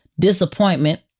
disappointment